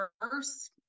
first